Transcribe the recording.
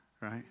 right